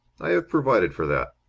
i have provided for that.